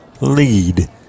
lead